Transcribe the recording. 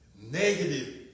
negative